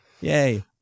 Yay